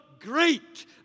great